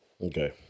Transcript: Okay